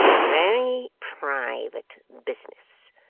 very private business.